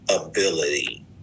ability